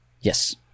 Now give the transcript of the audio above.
Yes